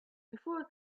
before